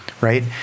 right